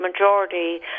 majority